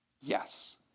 Yes